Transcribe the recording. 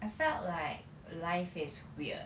I felt like life is weird